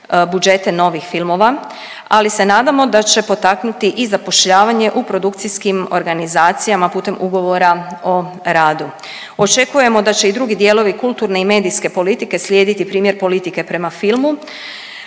budžete novih filmova, ali se nadamo da će potaknuti i zapošljavanje u produkcijskim organizacijama putem ugovora o radu. Očekujemo da će i drugi dijelovi kulturne i medijske politike slijediti primjer politike prema filmu.